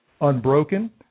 Unbroken